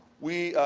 we,